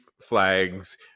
flags